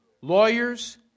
lawyers